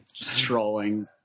Trolling